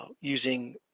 using